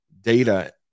data